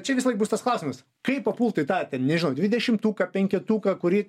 čia visąlaik bus tas klausimas kaip papult į tą nežinau dvidešimtuką penketuką kurį